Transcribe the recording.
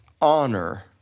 honor